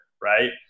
right